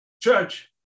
church